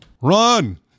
run